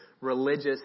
religious